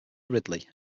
ridley